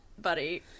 Buddy